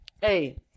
Hey